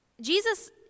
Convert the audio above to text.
Jesus